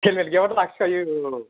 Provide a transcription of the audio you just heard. helmet गैयाबानो लाखि खायो औ